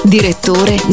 Direttore